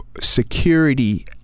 security